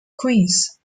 queens